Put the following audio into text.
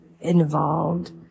involved